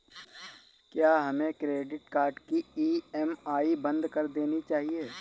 क्या हमें credit card की ई.एम.आई बंद कर देनी चाहिए?